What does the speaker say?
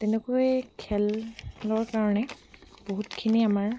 তেনেকৈ খেলৰ কাৰণে বহুতখিনি আমাৰ